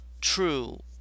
true